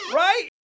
right